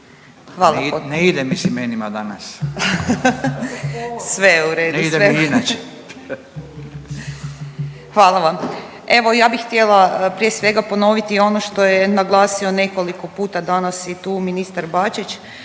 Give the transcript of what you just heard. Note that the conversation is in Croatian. redu sve. …/Upadica Furio Radin: Ne ide mi inače./… Hvala vam, evo ja bi htjela prije svega ponoviti ono što je naglasio nekoliko puta danas i tu ministar Bačić